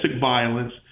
violence